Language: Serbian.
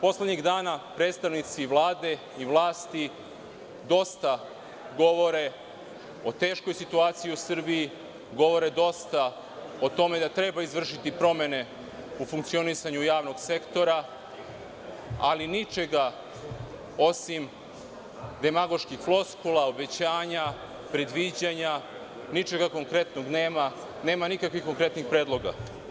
Poslednjih dana predstavnici Vlade i vlasti dosta govore o teškoj situaciji u Srbiji, govore dosta o tome da treba izvršiti promene u funkcionisanju javnog sektora, ali ničega osim demagoških floskula, obećanja, predviđanja, ničega konkretnog nema, nema nikakvih konkretnih predloga.